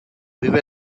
vive